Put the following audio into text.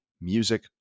music